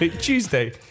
Tuesday